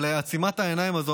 על עצימת העיניים הזו,